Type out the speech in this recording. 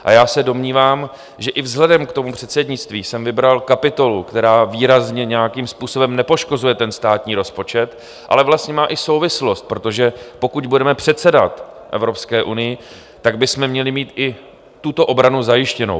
A já se domnívám, že i vzhledem k předsednictví jsem vybral kapitolu, která výrazně nějakým způsobem nepoškozuje státní rozpočet, ale vlastně má i souvislost, protože pokud budeme předsedat Evropské unii, tak bychom měli mít i tuto obranu zajištěnou.